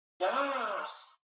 Yes